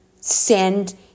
send